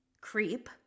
creep